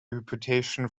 reputation